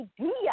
idea